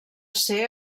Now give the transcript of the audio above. ser